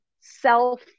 self-